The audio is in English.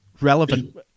relevant